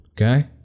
Okay